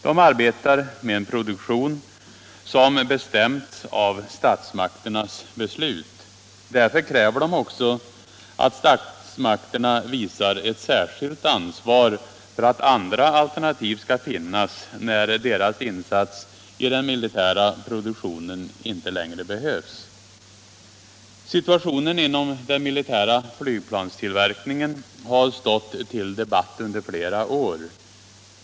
De arbetar med en produktion som bestämts av statsmakternas beslut. Därför kräver de också att statsmakterna visar ett särskilt ansvar för att alternativ skall finnas när deras insats i den militära produktionen inte längre behövs. Situationen inom den militära flygplanstillverkningen har stått under debatt i flera år.